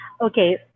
Okay